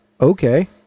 Okay